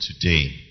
today